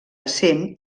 cent